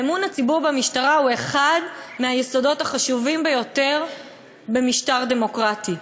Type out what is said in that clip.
ואמון הציבור במשטרה הוא אחד מהיסודות החשובים ביותר במשטר דמוקרטי.